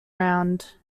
round